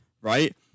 right